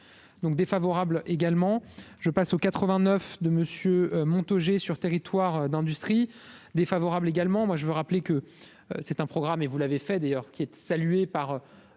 donc défavorable également, je passe au 89 de monsieur Montaugé sur territoire d'industrie défavorable également, moi, je veux rappeler que c'est un programme et vous l'avez fait d'ailleurs qui est saluée par